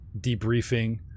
debriefing